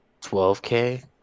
12k